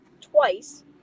twice